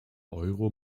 euro